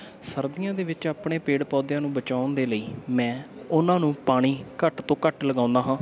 ਸਰਦੀਆਂ ਦੇ ਵਿੱਚ ਆਪਣੇ ਪੇੜ ਪੌਦਿਆਂ ਨੂੰ ਬਚਾਉਣ ਦੇ ਲਈ ਮੈਂ ਉਹਨਾਂ ਨੂੰ ਪਾਣੀ ਘੱਟ ਤੋਂ ਘੱਟ ਲਗਾਉਂਦਾ ਹਾਂ